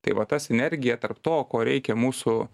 tai va ta sinergija tarp to ko reikia mūsų